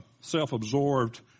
self-absorbed